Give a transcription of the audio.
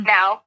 Now